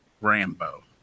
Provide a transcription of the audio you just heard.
Rambo